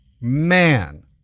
Man